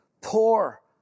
poor